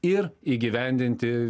ir įgyvendinti